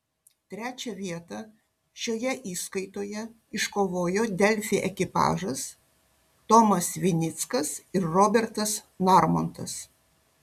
trečią vietą šioje įskaitoje iškovojo delfi ekipažas tomas vinickas ir robertas narmontas